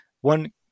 One